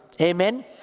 Amen